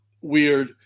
weird